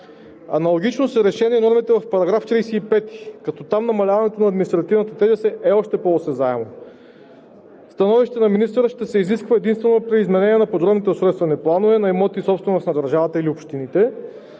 Аналогично са решени нормите в § 35, като там намаляването на административната тежест е още по-осезаемо. Становище на министъра ще се изисква единствено при изменение на подробните устройствени планове на имоти, собственост на държавата или общините,